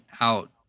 out